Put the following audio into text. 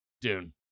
Dune